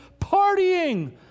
partying